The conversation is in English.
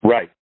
Right